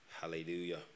Hallelujah